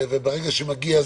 וברגע שזה מגיע,